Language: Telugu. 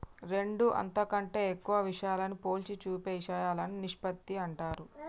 రెండు అంతకంటే ఎక్కువ విషయాలను పోల్చి చూపే ఇషయాలను నిష్పత్తి అంటారు